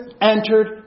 entered